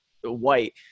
white